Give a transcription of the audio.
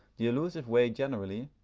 the allusive way generally,